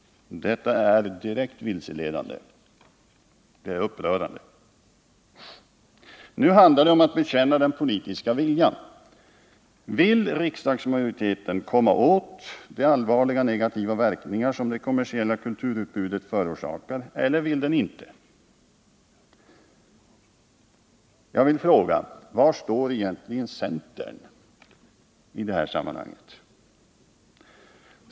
Detta är direkt vilseledande och upprörande. Nu handlar det om att bekänna den politiska viljan. Vill riksdagsmajoriteten komma åt de allvarliga negativa verkningar som det kommersiella kulturutbudet förorsakar eller vill den det inte? Var står egentligen centern i denna fråga?